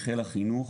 לחיל החינוך,